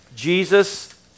Jesus